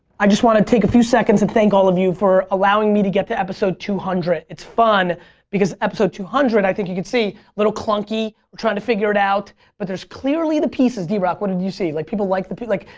i just want to take a few seconds and thank all of you for allowing me to get to episode two hundred. it's fun because episode two hundred i think you can see little clunky, trying to figure it out but there's clearly the pieces, drock what did you see? that like people like oh like